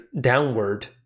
downward